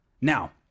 Now